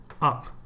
up